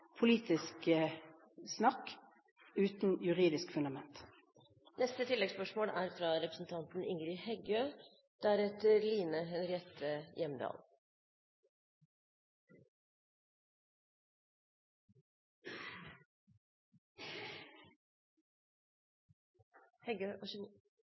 politisk snakk uten juridisk fundament? Ingrid Heggø